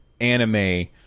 anime